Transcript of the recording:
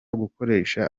gukoresha